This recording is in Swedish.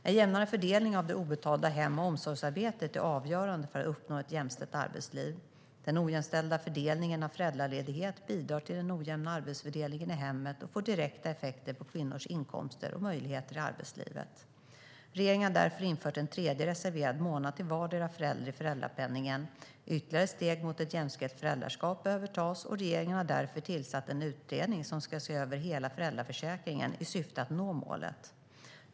En jämnare fördelning av det obetalda hem och omsorgsarbetet är avgörande för att uppnå ett jämställt arbetsliv. Den ojämställda fördelningen av föräldraledighet bidrar till den ojämna arbetsfördelningen i hemmet och får direkta effekter på kvinnors inkomster och möjligheter i arbetslivet. Regeringen har därför infört en tredje reserverad månad till vardera föräldern i föräldrapenningen. Ytterligare steg mot ett jämställt föräldraskap behöver tas. Regeringen har därför tillsatt en utredning som ska se över hela föräldraförsäkringen i syfte att nå det målet.